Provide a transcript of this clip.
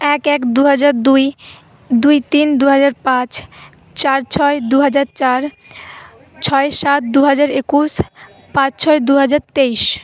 এক এক দু হাজার দুই দুই তিন দু হাজার পাঁচ চার ছয় দুহাজার চার ছয় সাত দুহাজার একুশ পাঁচ ছয় দুহাজার তেইশ